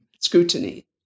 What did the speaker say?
scrutiny